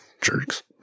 Jerks